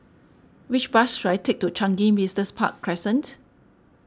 which bus should I take to Changi Business Park Crescent